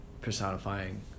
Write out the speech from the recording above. personifying